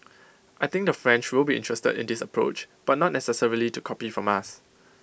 I think the French will be interested in this approach but not necessarily to copy from us